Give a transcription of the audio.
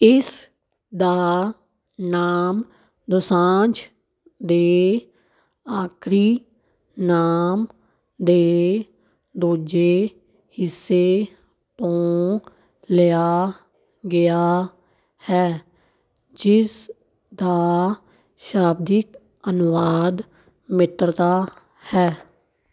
ਇਸ ਦਾ ਨਾਮ ਦੋਸਾਂਝ ਦੇ ਆਖਰੀ ਨਾਮ ਦੇ ਦੂਜੇ ਹਿੱਸੇ ਤੋਂ ਲਿਆ ਗਿਆ ਹੈ ਜਿਸ ਦਾ ਸ਼ਾਬਦਿਕ ਅਨੁਵਾਦ ਮਿੱਤਰਤਾ ਹੈ